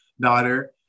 daughter